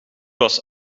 was